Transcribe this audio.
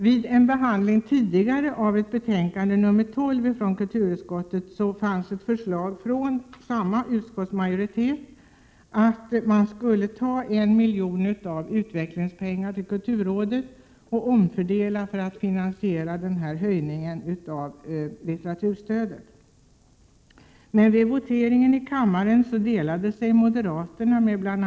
Vid den tidigare behandlingen av kulturutskottets betänkande nr 12 fanns ett förslag från samma utskottsmajoritet om att omfördela en miljon av utvecklingspengarna till kulturrådet för att finansiera höjningen av litteraturstödet. Men vid voteringen i kammaren delade moderaterna, inkl.